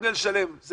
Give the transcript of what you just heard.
ג'ונגל שלם.